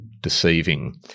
deceiving